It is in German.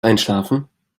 einschlafen